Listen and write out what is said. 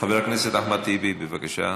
חבר הכנסת אחמד טיבי, בבקשה.